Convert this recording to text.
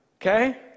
Okay